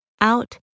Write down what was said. out